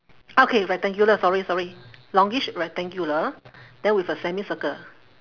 okay rectangular sorry sorry longish rectangular then with a semicircle